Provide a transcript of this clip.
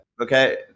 Okay